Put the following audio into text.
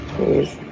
Please